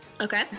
Okay